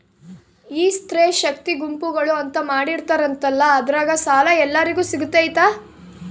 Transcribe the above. ಈ ಸ್ತ್ರೇ ಶಕ್ತಿ ಗುಂಪುಗಳು ಅಂತ ಮಾಡಿರ್ತಾರಂತಲ ಅದ್ರಾಗ ಸಾಲ ಎಲ್ಲರಿಗೂ ಸಿಗತೈತಾ?